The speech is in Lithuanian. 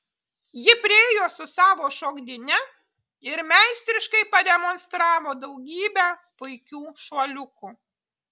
ji priėjo su savo šokdyne ir meistriškai pademonstravo daugybę puikių šuoliukų